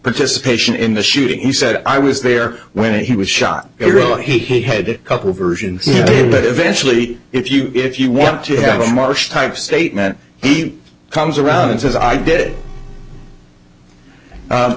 participation in the shooting he said i was there when he was shot really he had a couple of versions but eventually if you if you want to have a marsh type statement he comes around and says i did